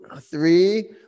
three